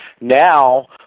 now